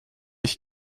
ich